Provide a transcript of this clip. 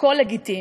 הכול לגיטימי.